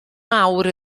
mawr